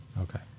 Okay